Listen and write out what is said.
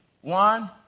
One